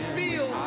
feel